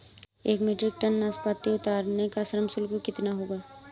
एक metric ton नाशपाती उतारने का श्रम शुल्क कितना होगा?